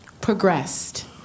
progressed